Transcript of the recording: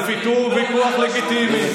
ויכוח לגיטימי.